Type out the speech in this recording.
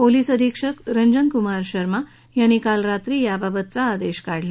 police अधीक्षक रंजन कुमार शर्मा यांनी काल रात्री याबाबतचा आदेश काढला